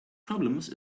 problems